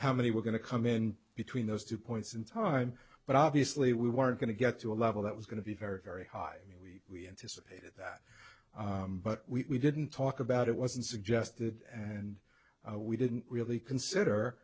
how many were going to come in between those two points in time but obviously we weren't going to get to a level that was going to be very very high we anticipated that but we didn't talk about it wasn't suggested and we didn't really consider